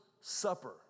Supper